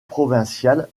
provinciales